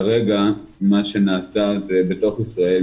כרגע מה שנעשה זה בתוך ישראל.